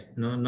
no